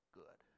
good